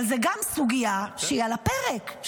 אבל גם זו סוגיה שהיא על הפרק,